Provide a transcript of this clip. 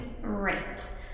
Right